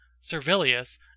Servilius